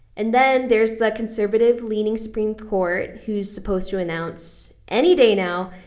and then there's the conservative-leaning supreme court who's supposed to announce, any day now,